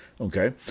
Okay